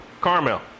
Carmel